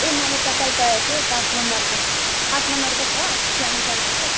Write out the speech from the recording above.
ए मलाई चप्पल चाहिएको थियो हौ पाँच नम्बरको पाँच नम्बरको छ सानो साइजको